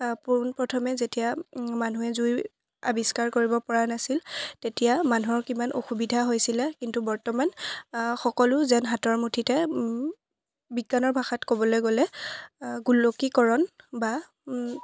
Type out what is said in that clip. পোন প্ৰথমে যেতিয়া মানুহে জুই আৱিষ্কাৰ কৰিব পৰা নাছিল তেতিয়া মানুহৰ কিমান অসুবিধা হৈছিলে কিন্তু বৰ্তমান সকলো যেন হাতৰ মুঠিতে বিজ্ঞানৰ ভাষাত ক'বলৈ গ'লে গোলকীকৰণ বা